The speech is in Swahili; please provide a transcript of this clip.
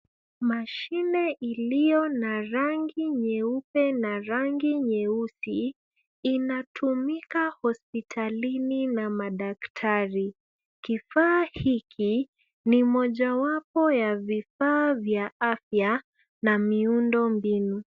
Mashine iliyo na rangi nyeupe na rangi nyeusi, inatumika hospitalini na madaktari. Kifaa hiki ni mojawapo ya vifaa vya afya ma miundo mbinu.